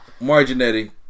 Marginetti